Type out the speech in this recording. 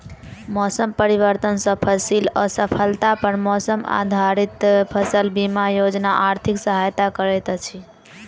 मौसम परिवर्तन सॅ फसिल असफलता पर मौसम आधारित फसल बीमा योजना आर्थिक सहायता करैत अछि